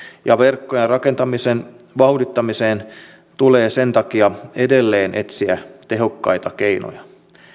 ja verkkojen rakentamisen vauhdittamiseen tulee sen takia edelleen etsiä tehokkaita keinoja